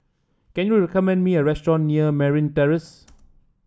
can you recommend me a restaurant near Merryn Terrace